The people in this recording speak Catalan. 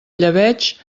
llebeig